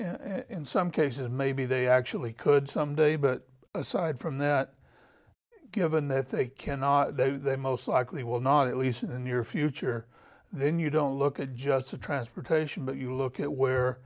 and some cases maybe they actually could someday but aside from that given that they cannot though they most likely will not at least in the near future then you don't look at just the transportation but you look at where